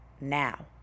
now